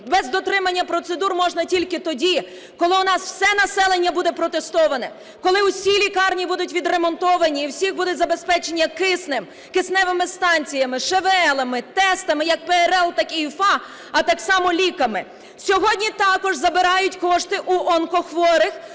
без дотримання процедур можна тільки тоді, коли у нас все населення буде протестоване, коли всі лікарні будуть відремонтовані і всі будуть забезпечені киснем, кисневими станціями, ШВЛ, тестами, як ПЛР, так і ІФА, а так само ліками. Сьогодні також забирають кошти в онкохворих,